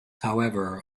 however